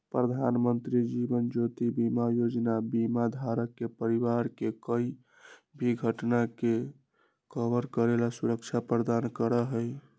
प्रधानमंत्री जीवन ज्योति बीमा योजना बीमा धारक के परिवार के कोई भी घटना के कवर करे ला सुरक्षा प्रदान करा हई